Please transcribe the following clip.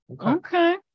Okay